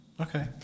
okay